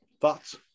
Thoughts